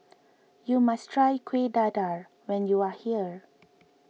you must try Kuih Dadar when you are here